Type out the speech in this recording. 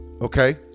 Okay